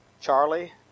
Charlie